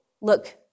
look